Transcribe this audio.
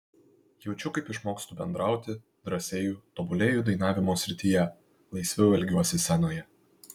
jaučiu kaip išmokstu bendrauti drąsėju tobulėju dainavimo srityje laisviau elgiuosi scenoje